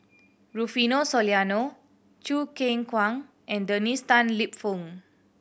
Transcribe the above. Rufino Soliano Choo Keng Kwang and Dennis Tan Lip Fong